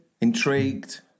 intrigued